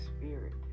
spirit